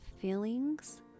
feelings